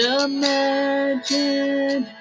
imagine